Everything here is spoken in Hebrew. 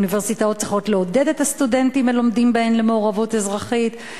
צריכות לעודד את הסטודנטים הלומדים בהן למעורבות אזרחית,